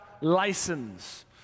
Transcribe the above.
license